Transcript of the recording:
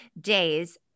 days